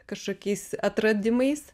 kažkokiais atradimais